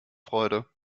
freude